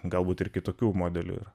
galbūt ir kitokių modelių yra